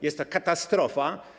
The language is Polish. Jest to katastrofa.